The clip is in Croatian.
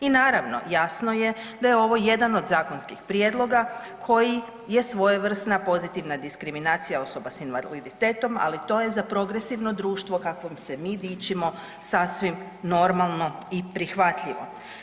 I naravno jasno je da je ovo jedan od zakonskih prijedloga koji je svojevrsna pozitivna diskriminacija osoba s invaliditetom, ali to je za progresivno društvo kakvom se mi dičimo sasvim normalno i prihvatljivo.